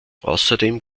außerdem